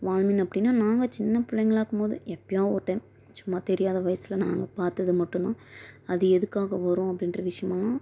வால்மீன் அப்படினா நாங்கள் சின்னப் பிள்ளைங்களாக இருக்கும்போது எப்பையா ஒரு டைம் சும்மா தெரியாத வயசில் நாங்கள் பார்த்தது மட்டும்தான் அது எதற்காக வரும் அப்படின்ற விஷயமெல்லாம்